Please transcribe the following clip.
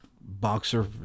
boxer